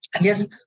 yes